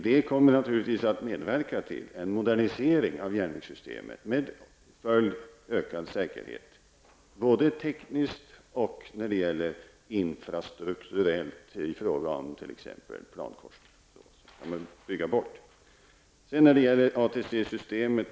Det kommer naturligtvis att medverka till en modernisering av järnvägssystemet med ökad säkerhet som följd, både tekniskt och infrastrukturellt i fråga om t.ex. plankorsningar, som kommer att byggas bort.